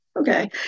okay